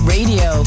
Radio